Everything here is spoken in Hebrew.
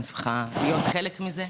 אני שמחה להיות חלק מזה.